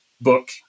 book